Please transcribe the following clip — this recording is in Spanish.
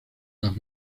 las